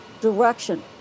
direction